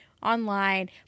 online